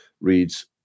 reads